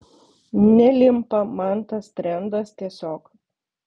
nelimpa man tas trendas tiesiog